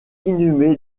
inhumé